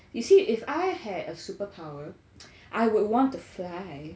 you see if I had a superpower I would want to fly